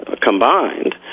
combined